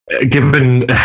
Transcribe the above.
given